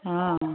অঁ